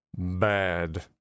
bad